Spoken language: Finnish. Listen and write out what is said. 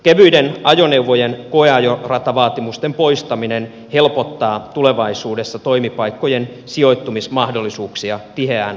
kevyiden ajoneuvojen koeajoratavaatimusten poistaminen helpottaa tulevaisuudessa toimipaikkojen sijoittumismahdollisuuksia tiheään asutuille alueille